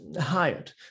hired